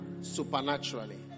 supernaturally